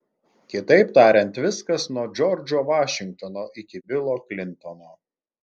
kitaip tariant viskas nuo džordžo vašingtono iki bilo klintono